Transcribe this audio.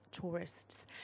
tourists